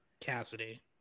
Cassidy